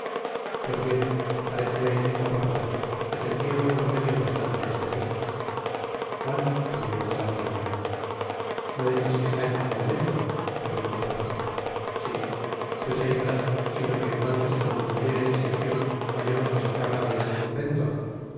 pues bien i paréceme dijo porthos que tendriamos un medio bastante expedito cuál preguntó d'artagnan no decis que está en un convento preguntó porthos si pues hay mas sino que en cuanto se concluyere el sitio vayamos á sacarla de ese convento